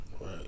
Right